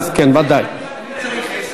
אני צריך עשר שניות.